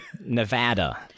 Nevada